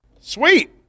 Sweet